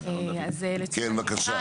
כן, בבקשה.